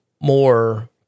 more